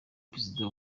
perezida